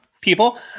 people